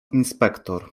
inspektor